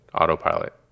autopilot